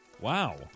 Wow